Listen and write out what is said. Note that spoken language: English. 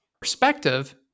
perspective